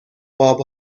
قاب